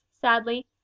sadly